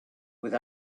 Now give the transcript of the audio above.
with